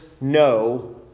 no